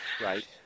Right